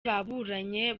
baburanye